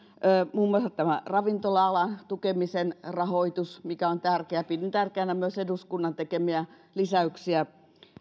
muun muassa tämä ravintola alan tukemisen rahoitus mikä on tärkeä pidän tärkeänä myös eduskunnan tekemiä lisäyksiä